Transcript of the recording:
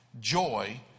joy